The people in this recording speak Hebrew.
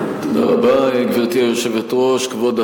עברה בקריאה הראשונה,